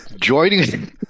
Joining